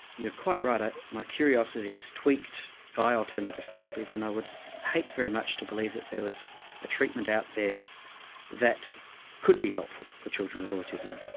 you're quite right, ah my curiosity is tweaked by alternative therapies and i would hate very much to believe that there was a treatment out there that could be helpful for children with autism.